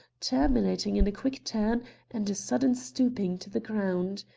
terminating in a quick turn and a sudden stooping to the ground.